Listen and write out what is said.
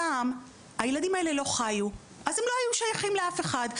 פעם הילדים הללו לא חיו והם לא היו שייכים לאף אחד.